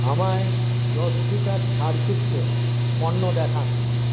আমায় জসভিটার ছাড় যুক্ত পণ্য দেখান